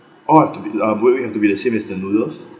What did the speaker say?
all have to be um would it have to be the same as the noodles